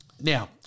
Now